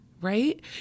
right